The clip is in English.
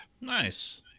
Nice